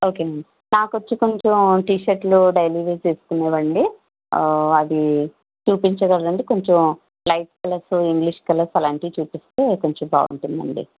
okay అండి నాకు వచ్చి కొంచెం టీషర్ట్లు డెయిలీ వేర్ వేసుకునేవండి ఆ అది చూపించగలరా అండి కొంచెం లైట్ కలర్స్ ఇంగ్షీషు కలర్స్ అలాంటివి చూపిస్తే కొంచెం బాగుంటుందండి